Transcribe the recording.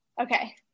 okay